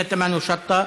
לאה פדידה, אינה נוכחת,